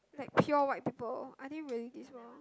like pure white people are they really this wild